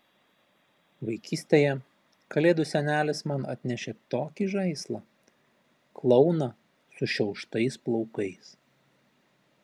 vaikystėje kalėdų senelis man atnešė tokį žaislą klouną sušiauštais plaukais